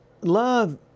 love